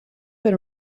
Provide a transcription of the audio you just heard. per